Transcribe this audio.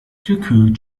gekühlt